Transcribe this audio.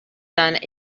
son